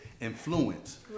influence